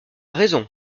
raison